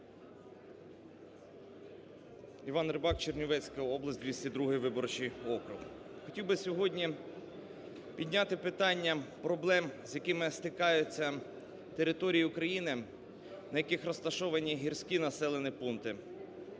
Іван Рибак, Чернівецька область, 202 виборчий округ. Хотів би сьогодні підняти питання проблем, з якими стикаються території України, на яких розташовані гірські населені пункти.